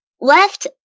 left